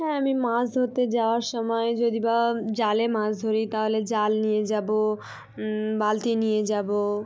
হ্যাঁ আমি মাছ ধরতে যাওয়ার সময় যদি বা জালে মাছ ধরি তাহলে জাল নিয়ে যাবচ বালতি নিয়ে যাব